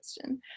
question